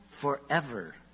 forever